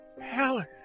Helen